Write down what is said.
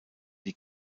die